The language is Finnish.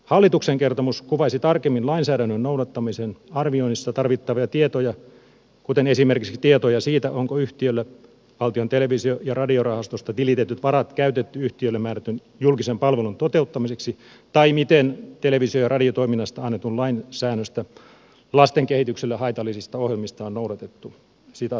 hallituksen kertomus kuvaisi tarkemmin lainsäädännön noudattamisen arvioinnissa tarvittavia tietoja kuten esimerkiksi tietoja siitä onko yhtiölle valtion televisio ja radiorahastosta tilitetyt varat käytetty yhtiölle määrätyn julkisen palvelun toteuttamiseksi tai miten televisio ja radiotoiminnasta annetun lain säännöstä lasten kehitykselle haitallisista ohjelmista on noudatettu